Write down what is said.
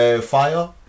fire